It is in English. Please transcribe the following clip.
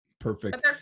Perfect